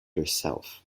herself